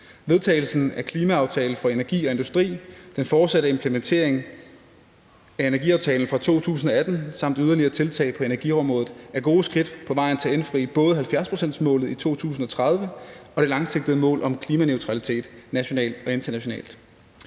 Vedtagelsen af »Klimaaftale for energi og industri«, den fortsatte implementering af energiaftalen fra 2018 og yderligere tiltag på energiområdet er gode skridt på vejen til at indfri 70-procentmålet i 2030 og det langsigtede mål om klimaneutralitet nationalt og internationalt.